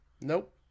Nope